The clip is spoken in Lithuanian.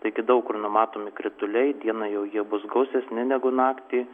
taigi daug kur numatomi krituliai dieną jau jie bus gausesni negu naktį